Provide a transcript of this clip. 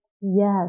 Yes